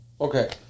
okay